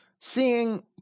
seeing